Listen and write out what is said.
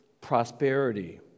prosperity